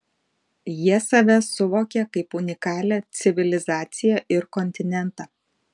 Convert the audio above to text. jie save suvokia kaip unikalią civilizaciją ir kontinentą